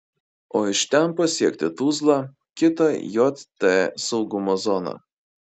o iš ten pasiekti tuzlą kitą jt saugumo zoną